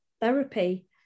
therapy